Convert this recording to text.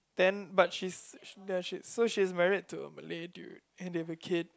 then but she's ya she's so she's married to a Malay dude and they have a kid